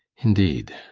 indeed?